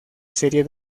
serie